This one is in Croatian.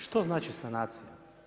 Što znači sanacija?